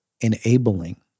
enabling